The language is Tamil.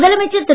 முதலமைச்சர் திரு